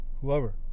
whoever